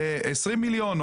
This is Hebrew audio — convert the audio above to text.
20 מיליון.